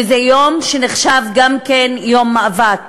וזה יום שנחשב גם ליום מאבק.